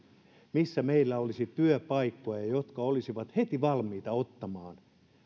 missä meillä olisi työpaikkoja jotka olisivat heti valmiita ottamaan